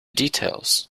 details